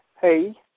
hey